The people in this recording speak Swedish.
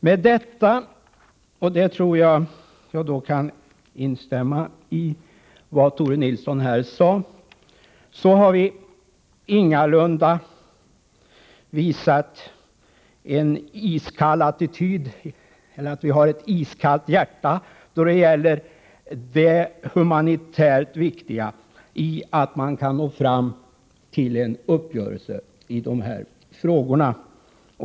Med detta — och då tror jag att jag kan instämma i vad Tore Nilsson här sade — har vi ingalunda visat att vi har ett iskallt hjärta då det gäller det humanitärt viktiga i att man kan nå fram till en uppgörelse i dessa frågor.